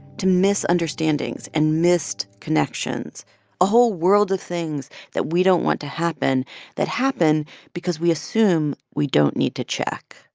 to misunderstandings and missed connections a whole world of things that we don't want to happen that happen because we assume we don't need to check